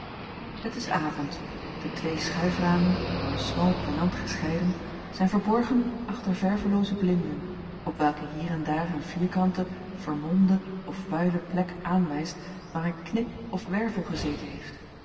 het is avond de twee schuiframen door een smal penant gescheiden zijn verborgen achter verwelooze blinden jacob van ennep laasje evenster op welke hier en daar een vierkante vermolmde of vuile plek aanwijst waar een knip of wervel gezeten heeft